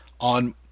on